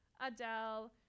Adele